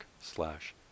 slash